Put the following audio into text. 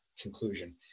conclusion